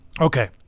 Okay